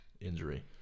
injury